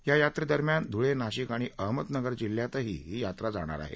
या यात्रेदरम्यान धुळे नाशिक आणि अहमदनगर जिल्ह्यातही ही यात्रा जाणार आहे